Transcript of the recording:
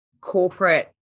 corporate